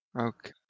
Okay